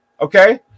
Okay